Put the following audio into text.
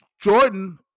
Jordan